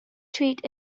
trade